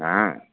हाँ